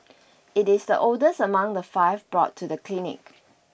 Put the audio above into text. it is the oldest among the five brought to the clinic